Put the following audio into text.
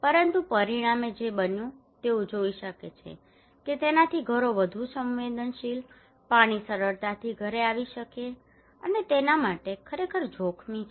પરંતુ પરિણામે જે બન્યું તે તેઓ જોઈ શકે છે કે તેનાથી ઘરો વધુ સંવેદનશીલ પાણી સરળતાથી ઘરે આવી શકે છે અને તે તેમના માટે ખરેખર જોખમી છે